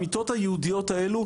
המיטות הייעודיות האלו,